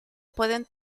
pueden